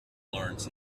learns